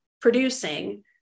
producing